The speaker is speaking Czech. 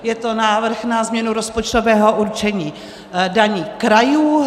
Je to návrh na změnu rozpočtového určení daní krajů.